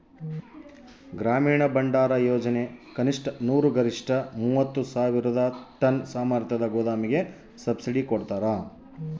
ಗ್ರಾಮೀಣ ಭಂಡಾರಯೋಜನೆ ಕನಿಷ್ಠ ನೂರು ಗರಿಷ್ಠ ಮೂವತ್ತು ಸಾವಿರ ಟನ್ ಸಾಮರ್ಥ್ಯದ ಗೋದಾಮಿಗೆ ಸಬ್ಸಿಡಿ ಕೊಡ್ತಾರ